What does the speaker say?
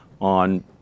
on